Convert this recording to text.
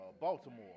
Baltimore